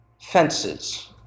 fences